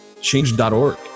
Change.org